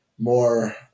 More